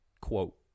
quote